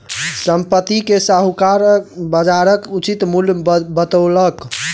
संपत्ति के साहूकार बजारक उचित मूल्य बतौलक